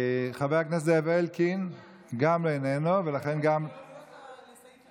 גם חבר הכנסת זאב אלקין איננו, ולכן לא נצביע.